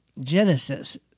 Genesis